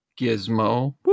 gizmo